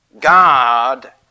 God